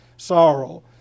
Sorrow